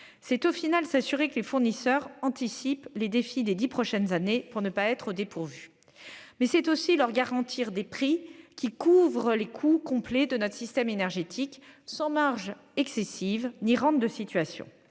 c'est s'assurer que les fournisseurs anticipent les défis des dix prochaines années, de sorte que nous ne soyons pas pris au dépourvu. Mais c'est aussi leur garantir des prix qui couvrent les coûts complets de notre système énergétique, sans marges excessives ni rentes de situation.